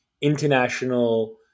international